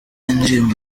indirimbo